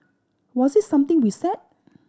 was it something we said